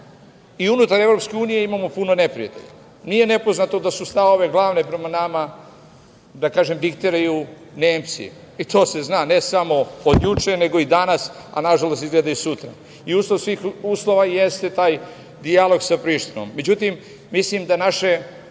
nama. Unutar EU imamo puno neprijatelja. Nije nepoznato da su sve ove glavne prema nama, da kažem, diktiraju Nemci i to se zna ne samo od juče nego i danas, a nažalost i sutra. Uslov svih uslova jeste taj dijalog sa Prištinom.